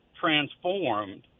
transformed